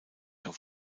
auf